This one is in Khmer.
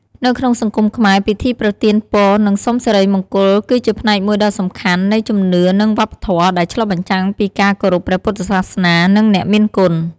នៅក្នុងសង្គមខ្មែរ ពិធីប្រទានពរនិងសុំសិរីមង្គលគឺជាផ្នែកមួយដ៏សំខាន់នៃជំនឿនិងវប្បធម៌ ដែលឆ្លុះបញ្ចាំងពីការគោរពព្រះពុទ្ធសាសនានិងអ្នកមានគុណ។